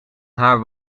haar